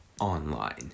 online